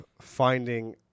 finding